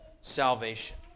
salvation